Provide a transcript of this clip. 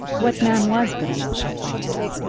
what man was good enough for florence?